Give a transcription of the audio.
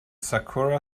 sakura